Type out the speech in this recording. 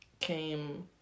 came